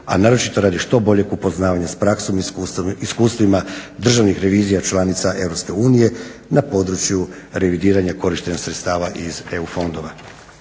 a naročito radi što boljeg upoznavanja s praksom i iskustvima državnih revizija članica EU na području revidiranja korištenja sredstava iz EU fondova.